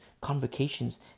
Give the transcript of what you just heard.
convocations